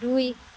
দুই